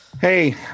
Hey